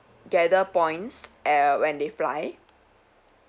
gather points err when they fly